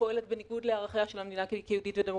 פועלת בניגוד לערכיה של המדינה כיהודית ודמוקרטית,